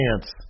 chance